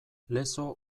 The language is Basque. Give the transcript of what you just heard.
lezo